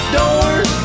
doors